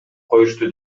коюшту